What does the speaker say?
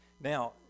Now